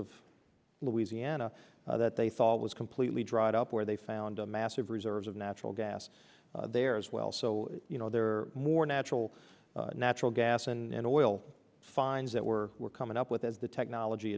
of louisiana that they thought was completely dried up where they found a massive reserves of natural gas there as well so you know there are more natural natural gas and oil fines that were coming up with as the technology